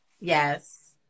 Yes